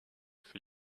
for